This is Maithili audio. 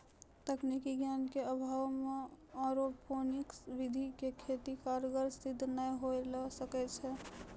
तकनीकी ज्ञान के अभाव मॅ एरोपोनिक्स विधि के खेती कारगर सिद्ध नाय होय ल सकै छो